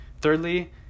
thirdly